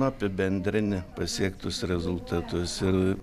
apibendrini pasiektus rezultatus ir